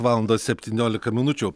valandos septyniolika minučių